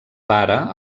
pare